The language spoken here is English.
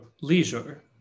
leisure